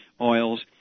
oils